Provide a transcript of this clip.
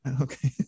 Okay